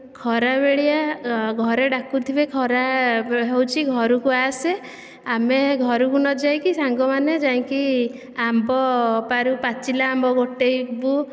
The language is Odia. ଖରା ବେଳିଆ ଘରେ ଡାକୁଥିବେ ଖରା ହେଉଛି ଘରକୁ ଆସେ ଆମେ ଘରକୁ ନ ଯାଇ ସାଙ୍ଗମାନେ ଯାଇ ଆମ୍ବ ପାରୁ ପାଚିଲା ଆମ୍ବ ଗୋଟାଇବୁ